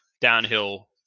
downhill